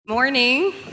morning